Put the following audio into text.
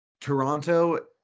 Toronto